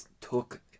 took